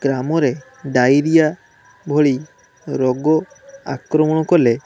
ଗ୍ରାମ ରେ ଡାଇରିଆ ଭଳି ରୋଗ ଆକ୍ରମଣ କଲେ